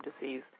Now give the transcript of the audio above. disease